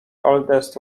oldest